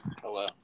Hello